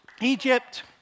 Egypt